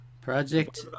project